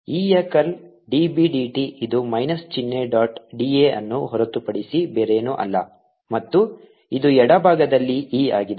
e ಯ curl d b d t ಇದು minus ಚಿಹ್ನೆ ಡಾಟ್ d a ಅನ್ನು ಹೊರತುಪಡಿಸಿ ಬೇರೇನೂ ಅಲ್ಲ ಮತ್ತು ಇದು ಎಡಭಾಗದಲ್ಲಿ e ಆಗಿದೆ